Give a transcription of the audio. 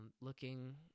looking